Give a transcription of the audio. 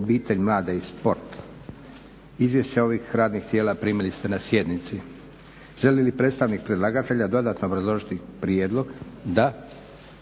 obitelj, mlade i sport. Izvješća ovih radnih tijela primili ste na sjednici. Želi li predstavnik predlagatelja dodatno obrazložiti prijedlog? Da.